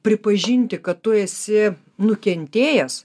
pripažinti kad tu esi nukentėjęs